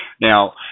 Now